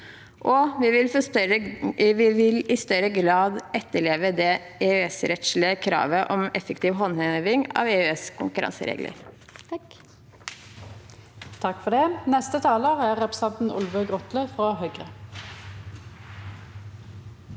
vil i større grad etterleve det EØS-rettslige kravet om effektiv håndheving av EØS’ konkurranseregler.